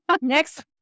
Next